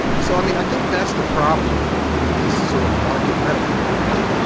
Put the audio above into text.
so i mean, i think that's the problem with this sort of market metaphor, right?